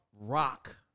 rock